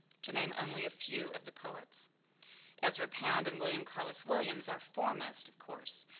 to name only a few of the poets ezra pound and william carlos williams are foremost, of course.